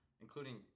including